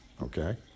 okay